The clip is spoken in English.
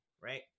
right